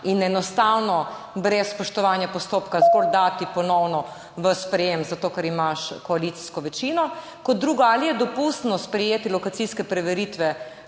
in enostavno brez spoštovanja postopka zgolj dati ponovno v sprejetje, zato ker imaš koalicijsko večino? Ali je dopustno sprejeti lokacijske preveritve